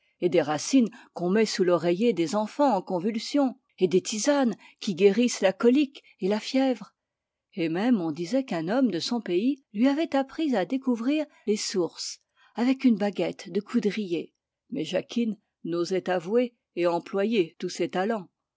et des racines qu'on met sous l'oreiller des enfants en convulsions et des tisanes qui guérissent la colique et la fièvre et même on disait qu'un homme de son pays lui avait appris à découvrir les sources avec une baguette de coudrier mais jacquine n'osait avouer tous ses talents